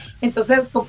Entonces